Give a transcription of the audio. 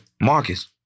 Marcus